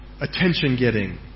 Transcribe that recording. attention-getting